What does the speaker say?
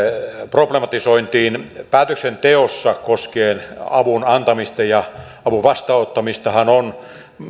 problematisointiin päätöksenteossa koskien avun antamista ja avun vastaanottamisestahan on